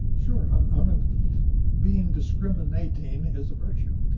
sure. um um and being discriminating is a virtue.